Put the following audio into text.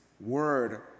word